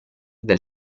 del